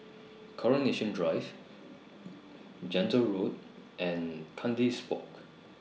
Coronation Drive Gentle Road and Kandis Walk